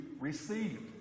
received